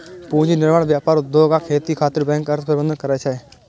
पूंजी निर्माण, व्यापार, उद्योग आ खेती खातिर बैंक अर्थ प्रबंधन करै छै